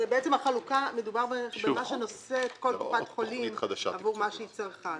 מדובר במה שנושא כל קופת חולים עבור מה שהיא צרכה.